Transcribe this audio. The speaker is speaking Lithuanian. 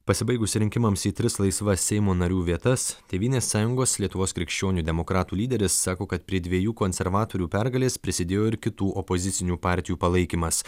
pasibaigus rinkimams į tris laisvas seimo narių vietas tėvynės sąjungos lietuvos krikščionių demokratų lyderis sako kad prie dviejų konservatorių pergalės prisidėjo ir kitų opozicinių partijų palaikymas